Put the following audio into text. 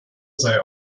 sei